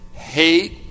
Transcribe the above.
hate